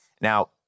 Now